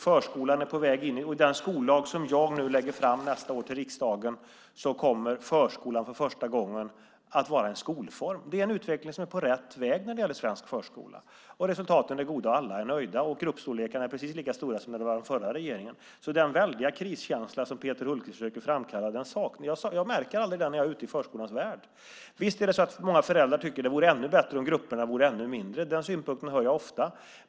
Förskolan är på väg in. I den skollag som jag nästa år lägger fram förslag om för riksdagen kommer förskolan för första gången att vara en skolform. Det är en utveckling som är på rätt väg när det gäller svensk förskola. Resultaten är goda. Alla är nöjda. Och gruppstorlekarna är precis lika stora som under den förra regeringens tid. Den väldiga kriskänsla som Peter Hultqvist försöker framkalla märker aldrig jag när jag är ute i förskolans värld. Visst tycker många föräldrar att det vore ännu bättre om grupperna vore ännu mindre. Den synpunkten hör jag ofta.